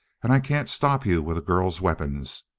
and i can't stop you with a girl's weapons.